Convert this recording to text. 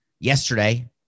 Yesterday